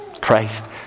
christ